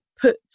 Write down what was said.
put